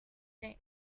think